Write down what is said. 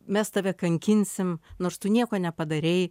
mes tave kankinsim nors tu nieko nepadarei